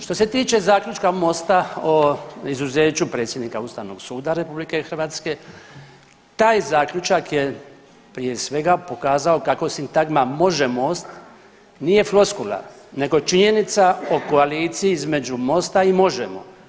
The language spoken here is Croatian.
Što se tiče zaključka MOST-a o izuzeću predsjednika Ustavnog suda RH taj zaključak je prije svega pokazao kako sintagma može MOST nije floskula nego činjenica o koaliciji između MOST-a i Možemo.